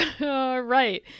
right